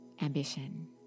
ambition